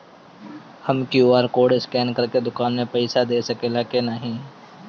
हम QR code scan करके दुकान में पईसा दे सकेला की नाहीं?